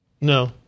No